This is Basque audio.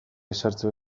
ezertxo